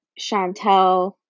Chantel